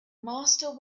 master